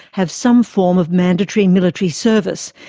have some form of mandatory military service,